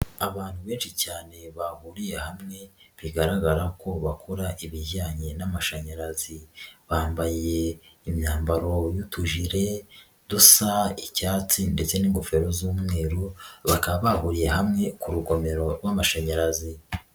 Abantu benshi cyane bahuriye hamwe bigaragara ko bakora ibijyanye n'amashanyarazi, bambaye imyambaro y'utujire dusa icyatsi ndetse n'ingofero z'umweru bakaba bahuriye hamwe ku rugomero rw'amashanyarazi.